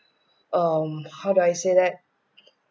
um how do I say that